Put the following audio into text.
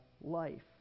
life